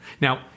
Now